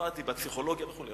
למדתי פסיכולוגיה וכו'.